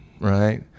right